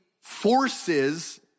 forces